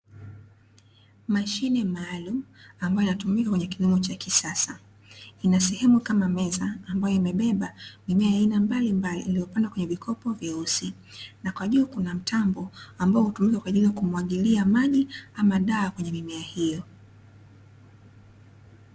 Mashine maalumu, ambayo inatumika kwenye kilimo cha kisasa, ina sehemu kama meza ambayo imebeba mimea ya aina mbalimbali, iliyopandwa kwenye vikopo vyeusi. Na kwa juu kuna mtambo, ambao hutumika kwa ajili ya kumwagilia maji ama dawa kwenye mimea hiyo.